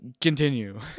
Continue